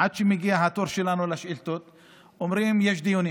ועד שמגיע התור לשאילתות שלנו, אומרים: יש דיונים.